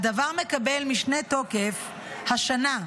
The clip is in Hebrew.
"הדבר מקבל משנה תוקף השנה,